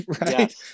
right